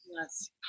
yes